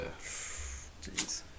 Jeez